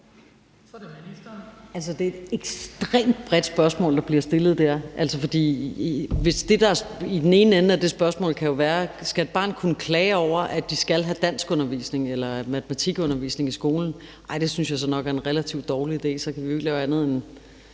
Det er et ekstremt bredt spørgsmål, der bliver stillet der. I den ene ende kan der jo i spørgsmålet ligge, om et barn skal kunne klage over, at de skal have dansk undervisning eller matematikundervisning i skolen. Det synes jeg nok er en relativt dårlig idé, for så kunne vi jo, når de kommer